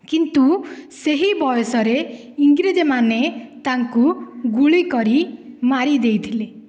କିନ୍ତୁ ସେହି ବୟସରେ ଇଂରେଜ୍ମାନେ ତାଙ୍କୁ ଗୁଳି କରି ମାରିଦେଇଥିଲେ